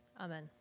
Amen